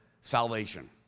salvation